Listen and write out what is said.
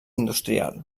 industrial